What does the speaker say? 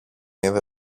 είδε